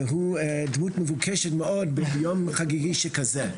והוא דמות מבוקשת מאוד ביום חגיגי שכזה,